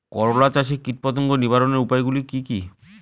করলা চাষে কীটপতঙ্গ নিবারণের উপায়গুলি কি কী?